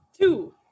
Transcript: Two